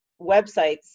websites